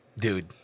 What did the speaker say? dude